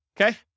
okay